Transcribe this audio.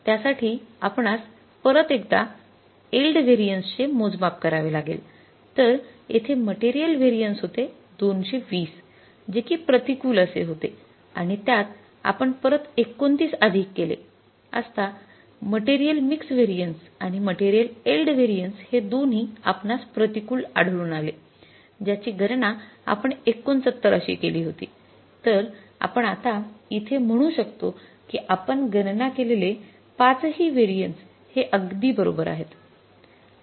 त्या साठी आपणास परत एकदा एल्ड व्हेरिएन्स चे मोजमाप करावे लागेल तर येथे मटेरियल व्हेरिएन्स होते २२० जे कि प्रतिकूल असे होते आणि त्यात आपण परत २९ अधिक केले असता मटेरियल मिक्स व्हेरिएन्स आणि मटेरियल एल्ड व्हेरिएन्स हे दोन्ही आपणास प्रतिकूल आढळून आले ज्याची गणना आपण ६९ अशी केली होती तर आपण आता इथे म्हणू शकतो कि आपण गणना केलेले ५ हि व्हेरिएन्स हे अगदी बरोबर आहेत